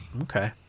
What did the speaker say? Okay